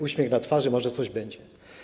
Uśmiech na twarzy, może coś będzie.